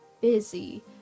busy